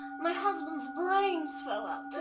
my husband's brains fell out